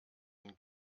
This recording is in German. den